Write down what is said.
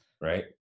right